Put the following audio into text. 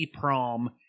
prom